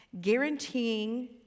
guaranteeing